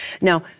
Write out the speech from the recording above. Now